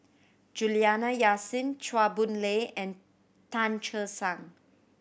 Juliana Yasin Chua Boon Lay and Tan Che Sang